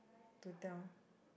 to tell